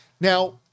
Now